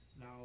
Now